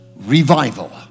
revival